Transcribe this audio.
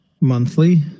monthly